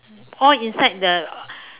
all inside the